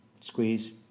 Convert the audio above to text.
Squeeze